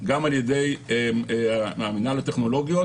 גם על ידי מנהל הטכנולוגיות,